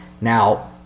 Now